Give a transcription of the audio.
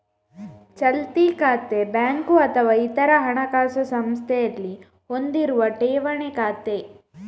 ಚಾಲ್ತಿ ಖಾತೆ ಬ್ಯಾಂಕು ಅಥವಾ ಇತರ ಹಣಕಾಸು ಸಂಸ್ಥೆಯಲ್ಲಿ ಹೊಂದಿರುವ ಠೇವಣಿ ಖಾತೆ